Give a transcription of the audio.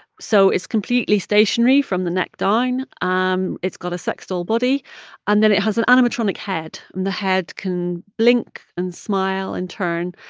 so it's completely stationary from the neck down. um it's got a sex doll body and then it has an animatronic head. and the head can blink and smile and turn,